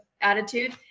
attitude